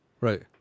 right